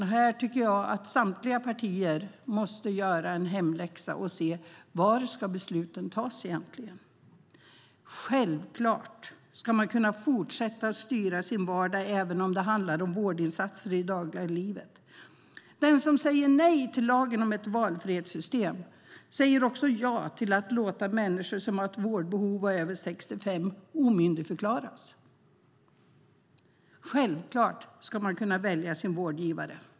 Här tycker jag att samtliga partier måste göra sin hemläxa och se var besluten egentligen ska fattas. Självklart ska man kunna fortsätta att styra sin vardag även om det handlar om vårdinsatser i det dagliga livet. Den som säger nej till lagen om valfrihetssystem säger därmed ja till att låta människor som har ett vårdbehov och är över 65 år omyndigförklaras. Självklart ska man kunna välja sin vårdgivare.